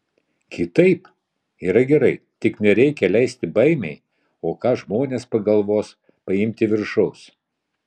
kitaip yra gerai tik nereikia leisti baimei o ką žmonės pagalvos paimti viršaus